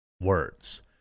words